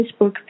facebook